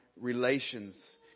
relations